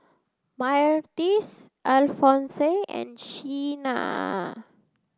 Myrtis Alfonse and Sheena